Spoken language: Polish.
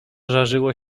żarzyło